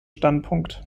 standpunkt